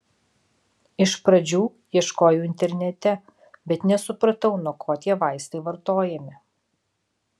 iš pradžių ieškojau internete bet nesupratau nuo ko tie vaistai vartojami